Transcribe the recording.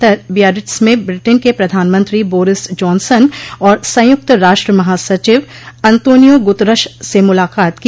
प्रधानमंत्री ने कल बियारेट्ज में ब्रिटेन के प्रधानमंत्री बोरिस जॉनसन और संयुक्त राष्ट्र महासचिव अंतोनियो गुतरश से मुलाकात की